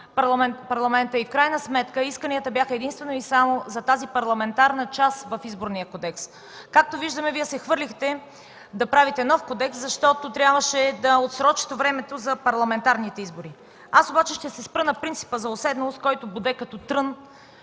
Парламента. В крайна сметка исканията бяха единствено и само за парламентарната част в Изборния кодекс. Както виждаме, Вие се хвърлихте да правите нов кодекс, защото трябваше да отсрочите времето за парламентарните избори. Аз обаче ще се спра на принципа за уседналост, който боде като трън